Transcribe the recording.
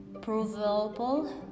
provable